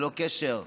ללא קשר,